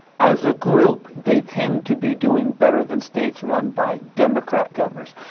as a group, they tend to be doing better than states run by democrat governors.